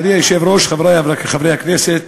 מכובדי היושב-ראש, חברי חברי הכנסת,